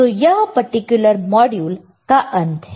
तो यह particular module का अंत है